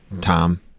Tom